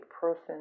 person